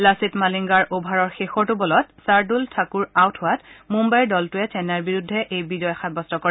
লাছিথ মালিংগাৰ অভাৰৰ শেষৰটো বলত চাৰ্দুল ঠাকুৰক আউট কৰি মুন্নাইৰ দলটোৱে চেন্নাইৰ বিৰুদ্ধে এই বিজয় সাব্যস্ত কৰে